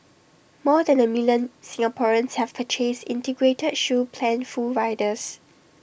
more than A million Singaporeans have purchased integrated shield plan full riders